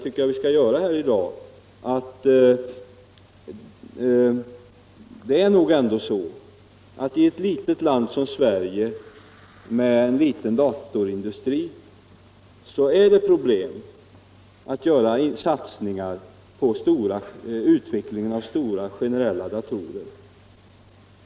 Sjal kor nils N ie Vi bör nog i dag göra det konstaterandet att det i ett litet land som Om försvarets inköp Sverige med en liten datorindustri är problematiskt att göra satsningar av datorer på utvecklingen av stora generella datorer.